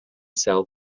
self